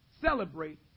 celebrate